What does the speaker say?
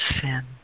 sin